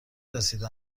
رسیده